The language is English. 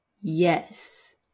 yes